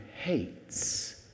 hates